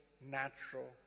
natural